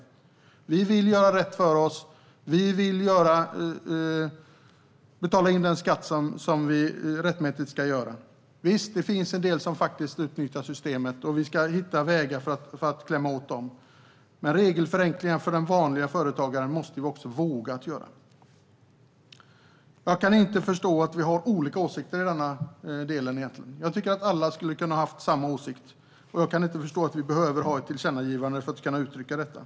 Vi vill göra rätt för oss. Vi vill betala in den skatt som vi rättmätigt ska betala. Visst finns det en del som utnyttjar systemet, och vi ska hitta vägar för att klämma åt dem. Men regelförenklingar för den vanliga företagaren måste vi också våga göra. Jag kan inte förstå att vi har olika åsikter i denna del. Jag tycker att alla skulle ha kunnat ha samma åsikt, och jag kan inte förstå att vi behöver ha ett tillkännagivande för att kunna uttrycka detta.